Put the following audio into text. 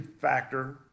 factor